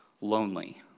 lonely